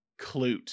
clute